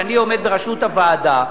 שאני עומד בראשות הוועדה,